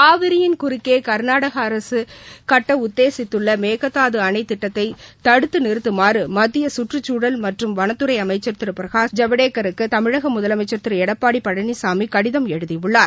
காவிரியின் குறுக்கே கர்நாடக அரசு கட்ட உத்தேசித்துள்ள மேகதாது அணைத்திட்டத்தை தடுத்து நிறுத்துமாறு மத்திய குற்றுச்சூழல் மற்றும் வனத்துறை அமைச்சர் திரு பிரகாஷ் ஜவடேக்கருக்கு தமிழக முதலமைச்சர் திரு எடப்பாடி பழனிசாமி கடிதம் எழுதியுள்ளார்